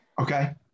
okay